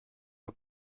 nur